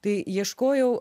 tai ieškojau